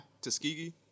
Tuskegee